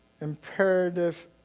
imperative